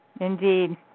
indeed